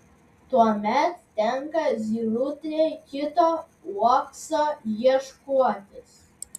tuomet tenka zylutei kito uokso ieškotis